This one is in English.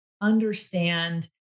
understand